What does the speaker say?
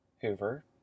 hoover